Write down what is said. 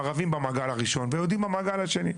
הערבים במעגל הראשון והיהודים במעגל השני.